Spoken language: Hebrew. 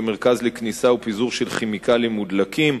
כמרכז לכניסה ופיזור של כימיקלים מודלקים,